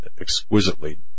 exquisitely